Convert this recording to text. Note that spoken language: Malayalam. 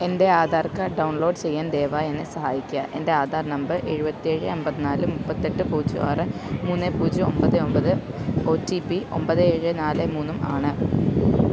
എൻ്റെ ആധാർ കാർഡ് ഡൗൺലോഡ് ചെയ്യാൻ ദയവായി എന്നെ സഹായിക്കുക എൻ്റെ ആധാർ നമ്പർ എഴുവത്തേഴ് അൻപത്തി നാല് മുപ്പത്തെട്ട് പൂജ്യം ആറ് മൂന്ന് പൂജ്യം ഒൻപത് ഒൻപത് ഒ ടി പി ഒൻപത് ഏഴ് നാല് മൂന്നും ആണ്